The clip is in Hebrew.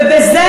ובזה,